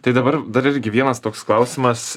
tai dabar dar irgi vienas toks klausimas